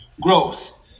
growth